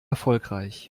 erfolgreich